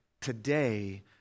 today